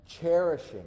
cherishing